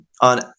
on